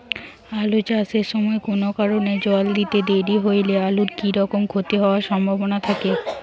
আলু চাষ এর সময় কুনো কারণে জল দিতে দেরি হইলে আলুর কি রকম ক্ষতি হবার সম্ভবনা থাকে?